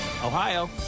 Ohio